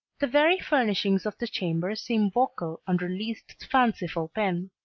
the very furnishings of the chamber seem vocal under liszt's fanciful pen.